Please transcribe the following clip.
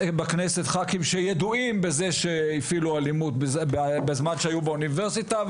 בכנסת ח"כים שידועים בזה שהפעילו אלימות בזמן שהיו באוניברסיטה,